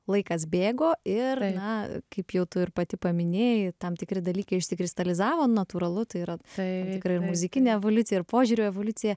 laikas bėgo ir na kaip jau tu ir pati paminėjai tam tikri dalykai išsikristalizavo natūralu tai yra tam tikra muzikinė evoliucija ir požiūrių evoliucija